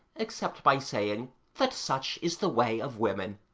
except by saying that such is the way of women.